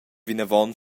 vinavon